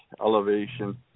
elevation